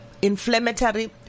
Inflammatory